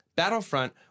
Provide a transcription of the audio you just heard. battlefront